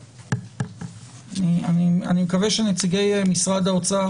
אני מקווה שנציגי משרד האוצר,